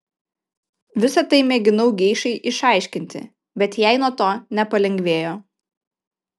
visa tai mėginau geišai išaiškinti bet jai nuo to nepalengvėjo